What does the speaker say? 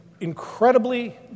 incredibly